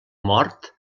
mort